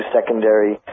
secondary